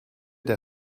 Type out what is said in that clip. der